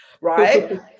right